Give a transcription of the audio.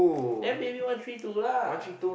then maybe one three two lah